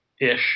ish